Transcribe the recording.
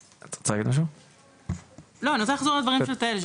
אני רוצה לחזור על הדברים של תהל.